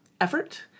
effort